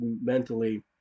mentally